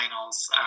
finals